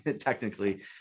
technically